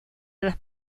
las